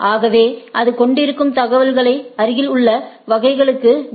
ஆகவே அது கொண்டிருக்கும் தகவல்களை அருகில் உள்ள வைகளுக்கு B